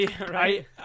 Right